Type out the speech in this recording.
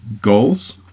goals